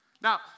Now